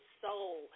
soul